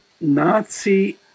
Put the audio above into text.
Nazi